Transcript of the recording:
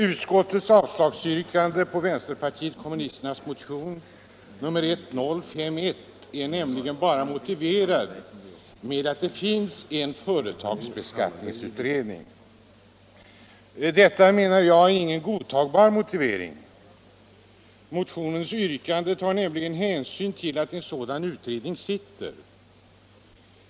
Utskottets avslagsyrkande på vpk:s motion 1051 är bara motiverat med att det finns en företagsskatteberedning. Detta är, menar jag, ingen godtagbar motivering. Motionens yrkande tar nämligen hänsyn till att en sådan beredning arbetar.